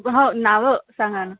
हो नावं सांगा ना